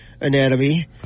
anatomy